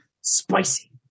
spicy